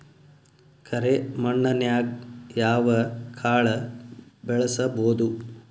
ಕರೆ ಮಣ್ಣನ್ಯಾಗ್ ಯಾವ ಕಾಳ ಬೆಳ್ಸಬೋದು?